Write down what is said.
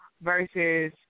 versus